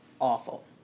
awful